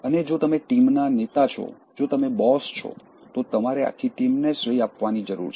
અને જો તમે ટીમના નેતા છો જો તમે બોસ છો તો તમારે આખી ટીમને શ્રેય આપવાની જરૂર છે